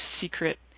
secret